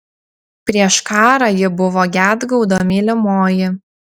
prieš karą ji buvo gedgaudo mylimoji